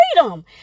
freedom